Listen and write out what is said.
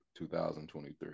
2023